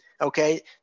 Okay